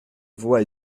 voix